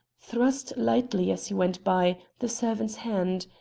thrust lightly as he went by the servant's hand,